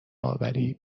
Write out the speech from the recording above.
اوری